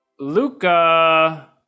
Luca